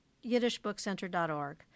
yiddishbookcenter.org